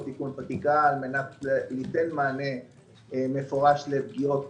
תיקון חקיקה על מנת לתת מענה מפורש לפגיעות